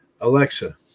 Alexa